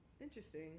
Interesting